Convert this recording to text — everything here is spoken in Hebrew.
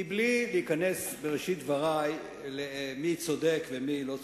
בלי להיכנס בראשית דברי למי צודק ומי לא צודק,